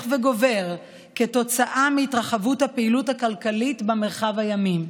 וגובר כתוצאה מהתרחבות הפעילות הכלכלית במרחב הימי: